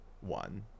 one